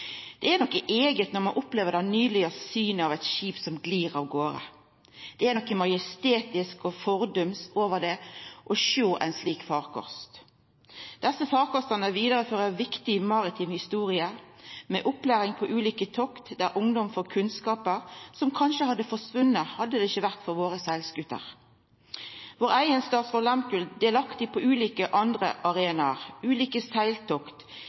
Det er noko eige når vi opplever det nydelege synet av eit skip som glir av garde. Det er noko majestetisk og fordums over det å sjå ein slik farkost. Desse farkostane vidarefører viktig maritim historie, med opplæring på ulike tokt der ungdom får kunnskap som kanskje hadde forsvunne, hadde det ikkje vore for våre seglskuter. Vår eigen «Statsraad Lehmkuhl» er delaktig på ulike andre arenaer: ulike